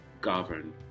govern